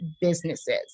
businesses